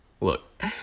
Look